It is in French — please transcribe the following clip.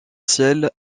ciel